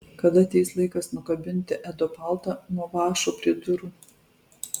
kada ateis laikas nukabinti edo paltą nuo vąšo prie durų